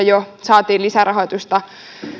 jo hallitusneuvotteluissa saatiin lisärahoitusta